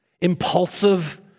Impulsive